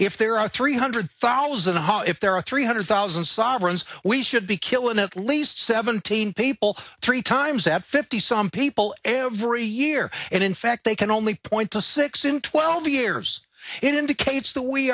if there are three hundred thousand ha if there are three hundred thousand sovereigns we should be killing at least seventeen people three times at fifty some people every year and in fact they can only point to six in twelve years it indicates the we